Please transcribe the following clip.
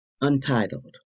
Untitled